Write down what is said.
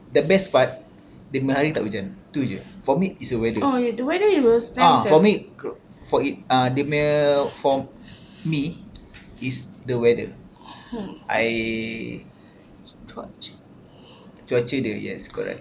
the best part dia punya hari tak hujan tu jer for me it's the weather ah for me for it uh dia punya for me is the weather I cuaca dia yes correct